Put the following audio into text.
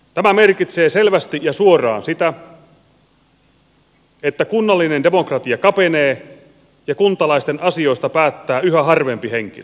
tämä merkitsee selvästi ja suoraan sitä että kunnallinen demokratia kapenee ja kuntalaisten asioista päättää yhä harvempi henkilö